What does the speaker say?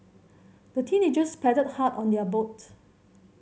the teenagers paddled hard on their boat